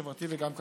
חברתי וגם כלכלי.